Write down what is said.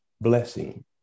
blessing